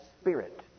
spirit